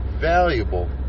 valuable